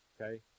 okay